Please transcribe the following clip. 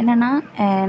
என்னென்னா